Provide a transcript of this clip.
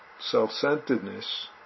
self-centeredness